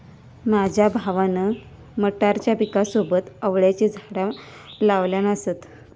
माझ्या भावान मटारच्या पिकासोबत आवळ्याची झाडा लावल्यान असत